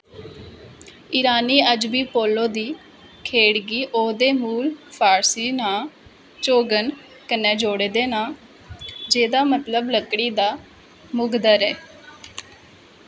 ईरानी अज्ज बी पोलो दी खेढ गी ओह्दे मूल फारसी नांऽ चोगन कन्नै जोड़दे न जेह्दा मतलब लकड़ी दा मुद्गर ऐ